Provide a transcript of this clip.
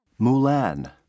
Mulan